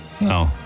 No